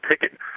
ticket